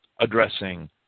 addressing